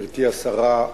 גברתי השרה,